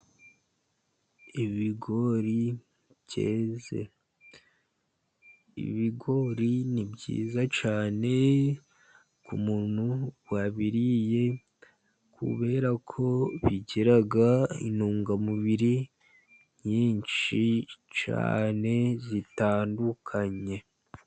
Ibigori byeze ,ibigori ni byiza cyane ku k'umuntu wabiriye, kubera ko bigira intungamubiri nyinshi cyane zitandukanye.